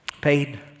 paid